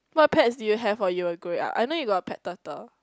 what pets do you have while you were growing up I know you got a pet turtle